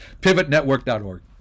pivotnetwork.org